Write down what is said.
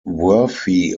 worthy